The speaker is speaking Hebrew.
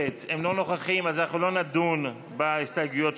אביגדור ליברמן,